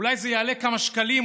אולי זה יעלה כמה שקלים,